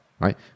right